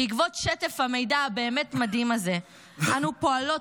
בעקבות שטף המידע הבאמת-מדהים הזה אנו פועלות